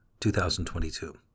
2022